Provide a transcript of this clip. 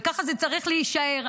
וככה זה צריך להישאר.